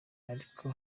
ariko